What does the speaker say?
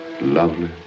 Lovely